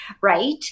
Right